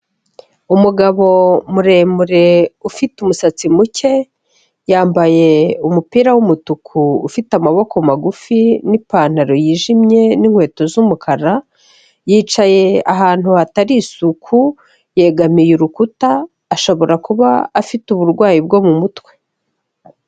Umugabo muremure ufite umusatsi muke, yambaye umupira w'umutuku ufite amaboko magufi n'ipantaro yijimye n'inkweto z'umukara, yicaye ahantu hatari isuku, yegamiye urukuta ,ashobora kuba afite uburwayi bwo mumutwe.